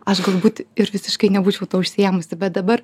aš galbūt ir visiškai nebūčiau tuo užsiėmusi bet dabar